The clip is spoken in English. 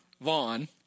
Vaughn